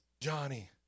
Johnny